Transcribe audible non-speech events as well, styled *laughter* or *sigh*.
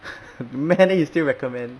*laughs* meh then you still recommend